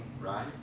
Right